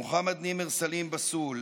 מוחמד נימר סלים בסול,